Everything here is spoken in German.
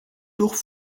durch